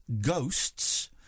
ghosts